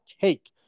take